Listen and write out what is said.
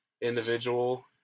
individual